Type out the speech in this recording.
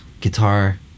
guitar